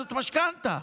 זאת משכנתה.